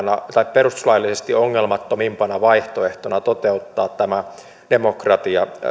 perustuslaillisesti ongelmattomimpana vaihtoehtona toteuttaa demokratia